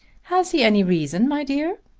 has he any reason, my dear?